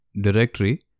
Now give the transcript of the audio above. directory